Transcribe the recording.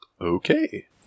Okay